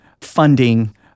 funding